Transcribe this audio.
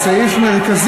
וזה סעיף מרכזי,